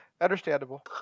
Understandable